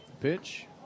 Pitch